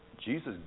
Jesus